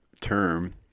term